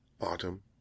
autumn